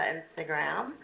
Instagram